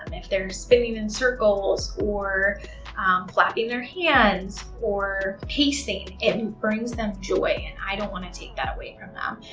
if they're spinning in circles or flapping their hands or pacing, it brings them joy and i don't want to take that away from them.